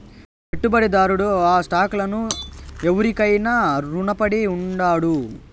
పెట్టుబడిదారుడు ఆ స్టాక్ లను ఎవురికైనా రునపడి ఉండాడు